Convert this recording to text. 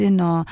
no